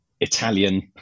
Italian